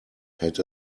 had